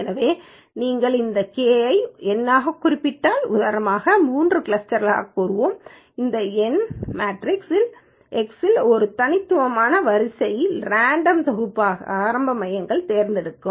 எனவே நீங்கள் இந்த k ஐ ஒரு எண்ணாகக் குறிப்பிட்டால் உதாரணமாக 3 கிளஸ்டர்களைக் கூறுவோம் இந்த எண் மேட்ரிக்ஸ் x இல் ஒரு தனித்துவமான வரிசைகளின் ராண்டம் தொகுப்பை ஆரம்ப மையங்களாகத் தேர்ந்தெடுக்கும்